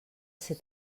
ser